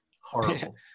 Horrible